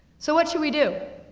so what should we do?